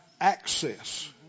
access